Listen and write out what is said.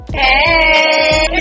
hey